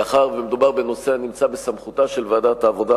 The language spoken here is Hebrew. מאחר שמדובר בנושא הנמצא בסמכותה של ועדת העבודה,